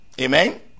amen